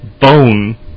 bone